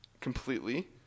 completely